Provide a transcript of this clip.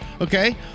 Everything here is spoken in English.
Okay